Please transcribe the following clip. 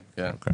כן.